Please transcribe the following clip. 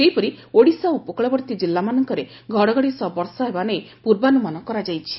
ସେହିପରି ଓଡ଼ିଶା ଉପକକବର୍ତ୍ତୀ ଜିଲ୍ଲ ମାନଙ୍କରେ ଘଡ଼ଘଡ଼ି ସହ ବର୍ଷା ହେବା ନେଇ ପୂର୍ବାନୁମାନ କରାଯାଇଛି